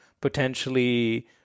potentially